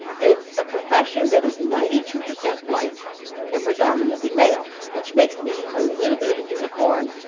it's a profession that is ninety two percent white and predominantly male, which makes me a little bit of a unicorn.